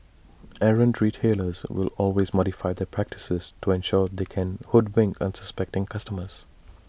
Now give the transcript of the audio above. errant retailers will always modify their practices to ensure they can hoodwink unsuspecting consumers